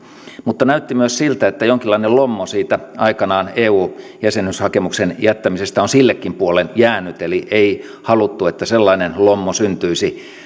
mutta näytti myös siltä että jonkinlainen lommo aikanaan eu jäsenyyshakemuksen jättämisestä on sillekin puolen jäänyt eli ei haluttu että sellainen lommo syntyisi